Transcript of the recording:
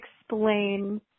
explain